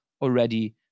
already